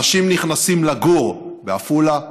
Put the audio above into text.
אנשים נכנסים לגור בעפולה,